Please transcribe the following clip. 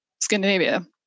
Scandinavia